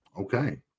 Okay